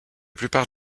plupart